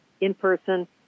in-person